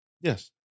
Yes